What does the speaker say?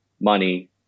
money